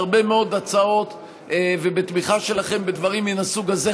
ובהרבה מאוד הצעות ובתמיכה שלכם בדברים מן הסוג הזה,